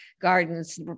gardens